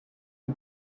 you